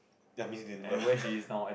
ya means didn't do well